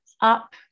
up